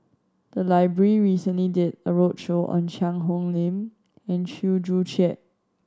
the library recently did a roadshow on Cheang Hong Lim and Chew Joo Chiat